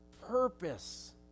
purpose